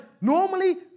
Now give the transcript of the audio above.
normally